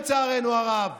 לצערנו הרב.